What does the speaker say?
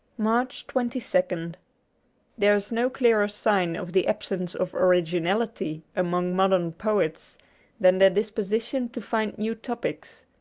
march twenty second there is no clearer sign of the absence of originality among modern poets than their disposition to find new topics.